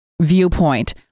viewpoint